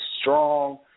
strong